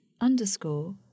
underscore